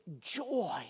joy